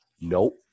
Nope